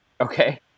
Okay